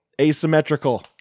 Asymmetrical